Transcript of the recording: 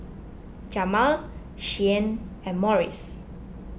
Jamal Shianne and Morris